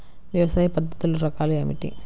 వ్యవసాయ పద్ధతులు రకాలు ఏమిటి?